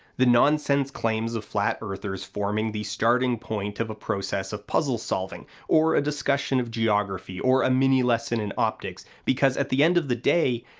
the nonsense claims of flat earthers form the starting point of a process of puzzle solving or discussion of geography or a mini lesson in optics, because, at the end of the day,